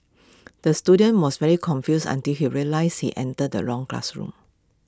the student was very confused until he realised he entered the wrong classroom